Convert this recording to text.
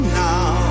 now